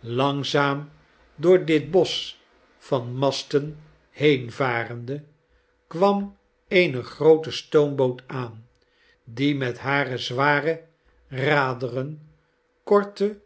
langzaam door dit bosch van masten heenvarende kwam eene groote stoomboot aan die met hare zware raderen korte